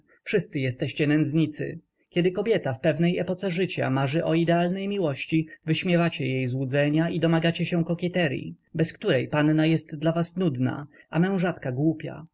wszyscy jesteście nędznicy kiedy kobieta w pewnej epoce życia marzy o idealnej miłości wyśmiewacie jej złudzenia i domagacie się kokieteryi bez której panna jest dla was nudna a mężatka głupia